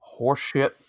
horseshit